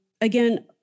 again